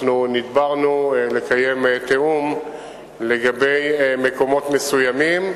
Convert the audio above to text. נדברנו לקיים תיאום לגבי מקומות מסוימים,